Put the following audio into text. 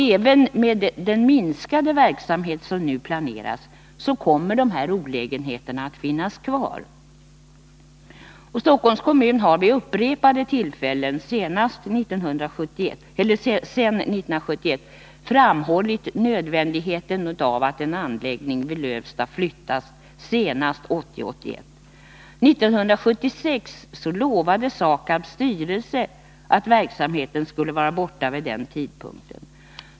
Även med den minskade verksamhet som nu planeras kommer dessa olägenheter att finnas kvar. Stockholms kommun har vid upprepade tillfällen sedan 1971 framhållit nödvändigheten av att anläggningen vid Lövsta flyttas senast 1980/81. År 1976 lovade SAKAB:s styrelse att verksamheten skulle vara borta vid den tidpunkten.